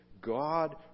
God